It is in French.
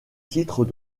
titre